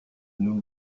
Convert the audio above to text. nous